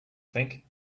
think